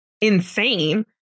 insane